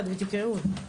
צילומים,